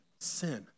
sin